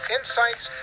Insights